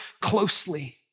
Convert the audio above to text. closely